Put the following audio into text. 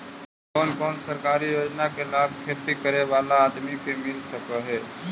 कोन कोन सरकारी योजना के लाभ खेती करे बाला आदमी के मिल सके हे?